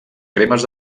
cremes